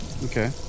Okay